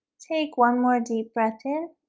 take one more deep breath in